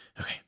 Okay